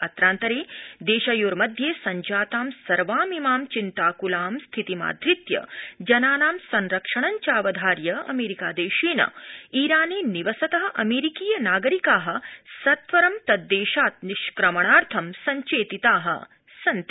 अत्रांतरे देशयोर्मध्ये संजातां सर्वामिमां चिन्ताकृलां स्थितिमाधृत्य जनाना संरक्षणञ्चावधार्थ अमेरिकादेशेन ईराने निवसत अमेरिकीय नागरिका सत्वरं तद्देशात् निष्क्रमणार्थं सञ्चेतिता सन्ति